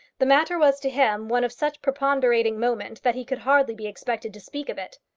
the matter was to him one of such preponderating moment that he could hardly be expected to speak of it.